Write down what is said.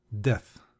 DEATH